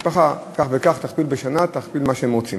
משפחה כך וכך, תכפיל בשנה, תכפיל מה שהם רוצים.